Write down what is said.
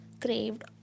Craved